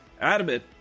adamant